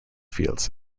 fields